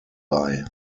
bei